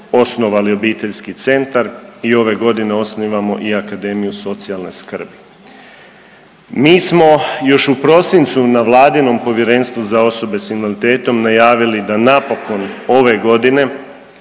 osnovali Obiteljski centar i ove godine osnivamo i Akademiju socijalne skrbi. Mi smo još u prosincu na Vladinom povjerenstvu za osobe s invaliditetom najavili da napokon ove godine